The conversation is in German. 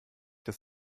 dass